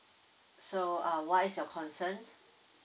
so uh what is your concern